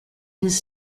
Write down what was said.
his